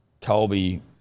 Colby